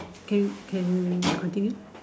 can can continue